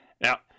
Now